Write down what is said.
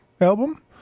album